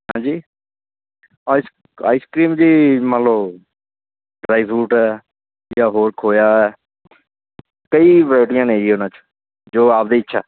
ਹਾਂਜੀ ice ice cream ਜੀ ਮਨ ਲਓ ਡਰਾਈ ਫਰੂਟ ਹੈ ਜਾਂ ਹੋਰ ਖੋਇਆ ਹੈ ਕਈ ਵਰੈਟੀਆਂ ਨੇ ਜੀ ਉਹਨਾਂ 'ਚ ਜੋ ਆਪਦੀ ਇੱਛਾ